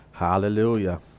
Hallelujah